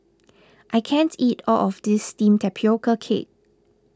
I can't eat all of this Steamed Tapioca Cake